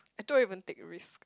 I don't even take risk